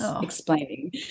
explaining